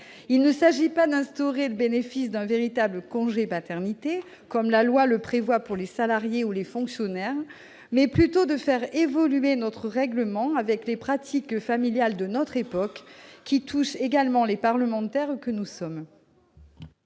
Il s'agit non pas d'instaurer un véritable congé de paternité, comme la loi en prévoit un pour les salariés ou les fonctionnaires, mais plutôt de faire évoluer notre règlement en tenant compte des pratiques familiales de notre époque, qui concernent également les parlementaires que nous sommes.